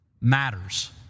matters